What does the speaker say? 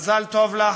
מזל טוב לך,